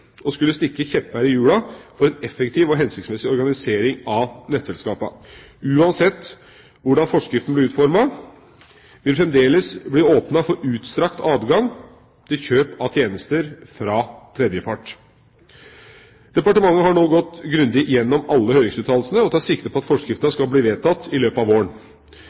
å skulle stikke kjepper i hjulene for en effektiv og hensiktsmessig organisering av nettselskapene. Uansett hvordan forskriften blir utformet, vil det fremdeles bli åpnet for utstrakt adgang til kjøp av tjenester fra tredjepart. Departementet har nå gått grundig gjennom alle høringsuttalelsene, og tar sikte på at forskriften skal bli vedtatt i løpet av våren.